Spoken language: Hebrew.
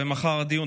ומחר הדיון.